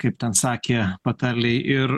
kaip ten sakė patarlėj ir